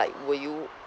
like will you